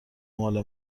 مال